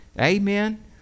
amen